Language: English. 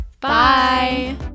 Bye